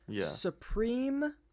Supreme